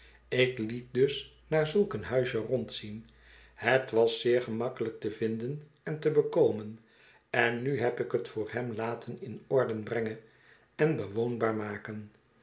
ik liet dus naar zulk een huisje rondzien het was zeer gemakkelijk te vinden en te bekomen en nu heb ik het voor hem laten in orde brengen en bewoonbaar maken